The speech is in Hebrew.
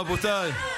רבותיי,